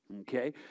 Okay